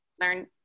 learn